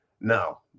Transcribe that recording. No